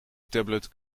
tablet